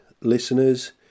listeners